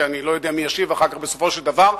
ואני לא יודע מי ישיב בסופו של דבר,